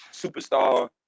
superstar